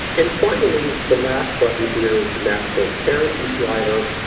and finally, the last button here is the map transparency slider,